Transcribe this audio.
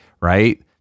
right